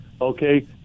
okay